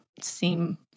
seem